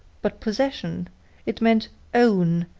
but possession it meant own,